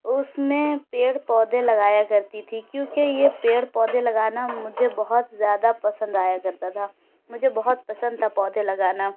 اس میں پیڑ پودے لگایا کرتی تھی کیونکہ یہ پیڑ پودے لگانا مجھے بہت زیادہ پسند آیا کرتا تھا مجھے بہت پسند تھا پودے لگانا